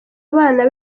abana